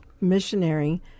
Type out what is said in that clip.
missionary